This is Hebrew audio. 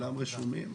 כולם רשומים?